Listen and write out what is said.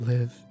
Live